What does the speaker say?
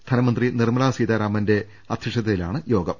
ധനമന്ത്രി നിർമ്മലാ സീതാരാമന്റെ അധ്യ ക്ഷതയിലാണ് യോഗം